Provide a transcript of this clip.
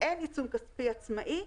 אין עיצום כספי עצמאי,